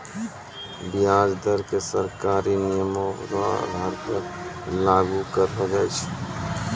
व्याज दर क सरकारी नियमो र आधार पर लागू करलो जाय छै